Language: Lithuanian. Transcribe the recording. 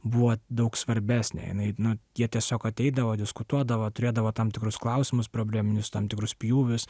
buvo daug svarbesnė jinai nu jie tiesiog ateidavo diskutuodavo turėdavo tam tikrus klausimus probleminius tam tikrus pjūvius